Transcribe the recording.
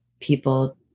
people